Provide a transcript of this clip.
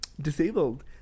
disabled